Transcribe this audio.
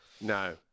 No